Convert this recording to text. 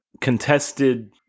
contested